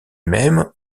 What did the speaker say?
même